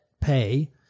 pay